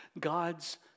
God's